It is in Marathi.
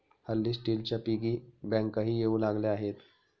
हल्ली स्टीलच्या पिगी बँकाही येऊ लागल्या आहेत